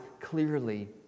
clearly